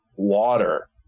water